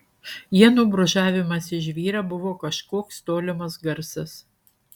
ienų brūžavimas į žvyrą buvo kažkoks tolimas garsas